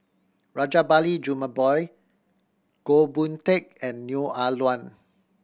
Rajabali Jumabhoy Goh Boon Teck and Neo Ah Luan